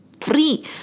free